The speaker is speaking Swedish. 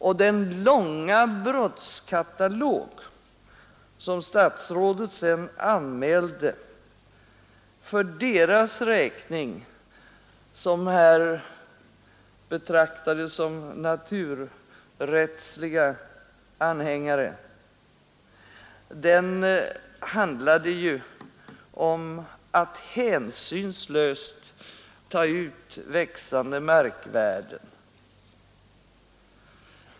Och den långa brottskatalog, som statsrådet sedan anmälde för deras räkning som här betraktades som naturrättsliga anhängare, handlade ju om att hänsynslöst ta ut växande markvärden.